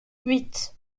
huit